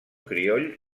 crioll